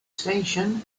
station